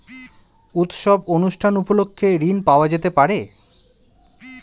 উৎসব অনুষ্ঠান উপলক্ষে ঋণ পাওয়া যেতে পারে?